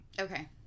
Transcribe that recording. Okay